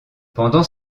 pendant